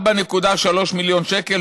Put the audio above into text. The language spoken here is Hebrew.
4.3 מיליון שקל,